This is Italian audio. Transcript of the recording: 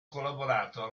collaborato